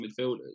midfielders